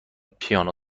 پیانو